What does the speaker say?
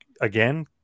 again